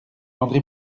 andre